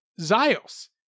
Zios